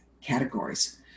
categories